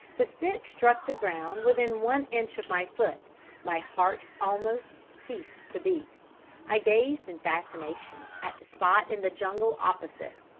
the stick struck the ground within one inch of my foot my heart almost ceased to beat i gazed in fascination at the spot in the jungle opposite.